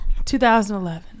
2011